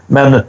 Men